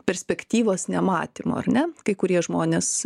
perspektyvos nematymo ar ne kai kurie žmonės